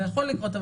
זה יכול לקרות,